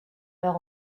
leur